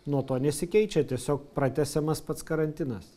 nuo to nesikeičia tiesiog pratęsiamas pats karantinas